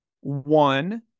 one